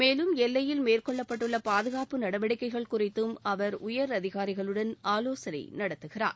மேலும் எல்லையில் மேற்கொள்ளப்பட்டுள்ள பாதுகாப்பு நடவடிக்கைகள் குறித்தும் அவர் உயர் அதிகாரிகளுடன் ஆலோசனை நடத்துகிறார்